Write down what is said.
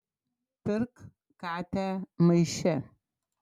pirk katę maiše